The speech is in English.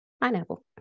pineapple